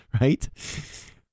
right